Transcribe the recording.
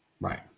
right